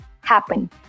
happen